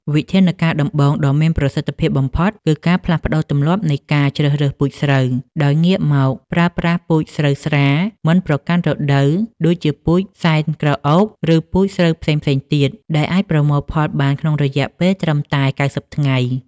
វិធានការដំបូងដ៏មានប្រសិទ្ធភាពបំផុតគឺការផ្លាស់ប្តូរទម្លាប់នៃការជ្រើសរើសពូជស្រូវ ដោយងាកមកប្រើប្រាស់ពូជស្រូវស្រាលមិនប្រកាន់រដូវដូចជាពូជសែនក្រអូប ឬពូជស្រូវផ្សេងៗទៀតដែលអាចប្រមូលផលបានក្នុងរយៈពេលត្រឹមតែ ៩០ ថ្ងៃ។